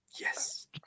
Yes